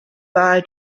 bye